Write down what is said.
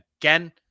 again